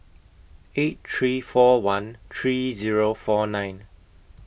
eight three four one three Zero four nine